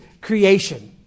creation